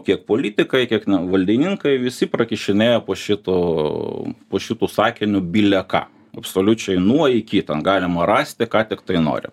kiek politikai kiek valdininkai visi prakišinėjo po šitu po šitu sakiniu bile ką absoliučiai nuo iki ten galima rasti ką tik nori